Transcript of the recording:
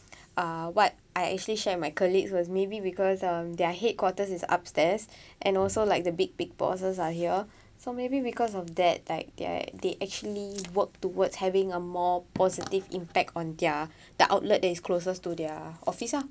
uh what I actually share with my colleagues was maybe because um their headquarters is upstairs and also like the big big bosses are here so maybe because of that like they're they actually work towards having a more positive impact on their the outlet that is closest to their office ah hmm